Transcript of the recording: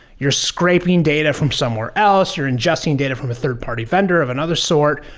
you're scraping data from somewhere else, you're ingesting data from a third-party vendor of another sort,